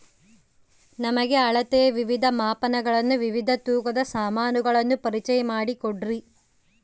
ನಮಗೆ ಅಳತೆಯ ವಿವಿಧ ಮಾಪನಗಳನ್ನು ವಿವಿಧ ತೂಕದ ಸಾಮಾನುಗಳನ್ನು ಪರಿಚಯ ಮಾಡಿಕೊಡ್ರಿ?